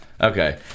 Okay